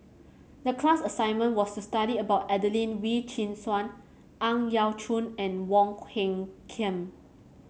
the class assignment was to study about Adelene Wee Chin Suan Ang Yau Choon and Wong Hung Khim